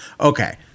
Okay